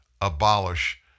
abolish